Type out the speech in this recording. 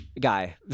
guy